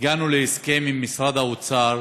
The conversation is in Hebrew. הגענו להסכם עם משרד האוצר,